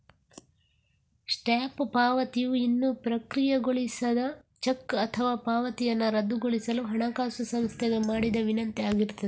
stop ಪಾವತಿಯು ಇನ್ನೂ ಪ್ರಕ್ರಿಯೆಗೊಳಿಸದ ಚೆಕ್ ಅಥವಾ ಪಾವತಿಯನ್ನ ರದ್ದುಗೊಳಿಸಲು ಹಣಕಾಸು ಸಂಸ್ಥೆಗೆ ಮಾಡಿದ ವಿನಂತಿ ಆಗಿರ್ತದೆ